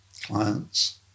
clients